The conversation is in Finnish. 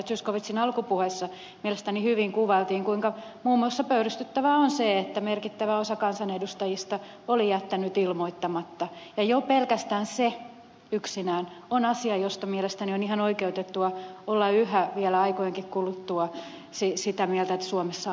zyskowiczin alkupuheessa mielestäni hyvin kuvailtiin kuinka pöyristyttävää on muun muassa se että merkittävä osa kansanedustajista oli jättänyt ilmoittamatta ja jo pelkästään se yksinään on asia josta mielestäni on ihan oikeutettua olla yhä vielä aikojenkin kuluttua sitä mieltä että suomessa on ongelma